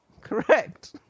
Correct